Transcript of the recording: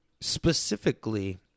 Specifically